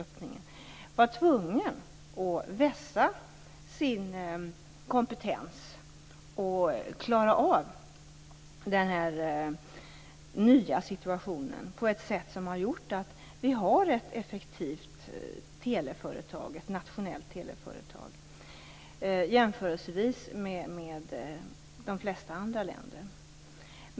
Man var tvungen att klara av den nya situationen på ett sätt som har gjort att vi har ett effektivt nationellt teleföretag i jämförelse med de flesta andra länder.